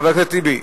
חבר הכנסת טיבי.